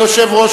ליושב-ראש